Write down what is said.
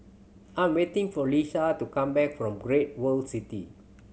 I am waiting for Leisha to come back from Great World City